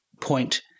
point